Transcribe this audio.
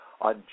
on